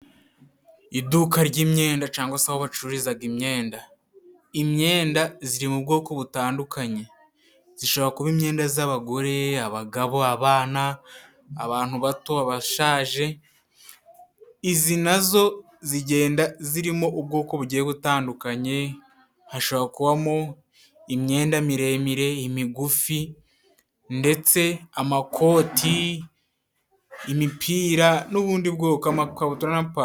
Iduka ry'imyenda cyangwa se aho wacururizaga imyenda. Imyenda ziri mu bwoko butandukanye. Zishobora kuba imyenda z'abagore, abagabo, abana, abantu bato, abashaje izi nazo zigenda zirimo ubwoko bugiye butandukanye, hashobora kubamo imyenda miremire, imigufi ndetse amakoti, imipira n'ubundi bwoko butandukanye, amakabutura n'amapantaro.